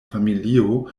familio